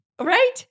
right